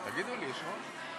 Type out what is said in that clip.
תגידו לי, יש רוב?